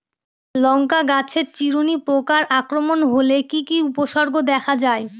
লঙ্কা গাছের চিরুনি পোকার আক্রমণ হলে কি কি উপসর্গ দেখা যায়?